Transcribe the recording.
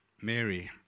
Mary